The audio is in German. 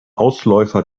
ausläufer